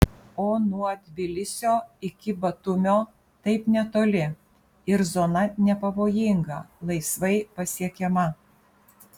o nuo tbilisio iki batumio taip netoli ir zona nepavojinga laisvai pasiekiama